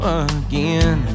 again